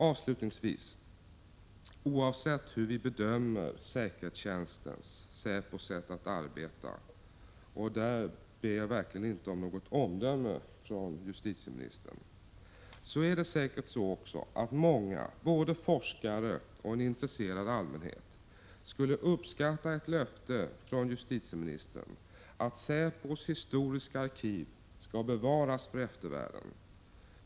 Avslutningsvis: Oavsett hur vi bedömer säkerhetstjänsten sätt att arbeta — och på den punkten ber jag verkligen inte om något omdöme från justitieministern — är det säkert så att många, både forskare och en intresserad allmänhet, skulle uppskatta ett löfte från justitieministern att säpos historiska arkiv skall bevaras för eftervärlden.